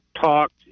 talked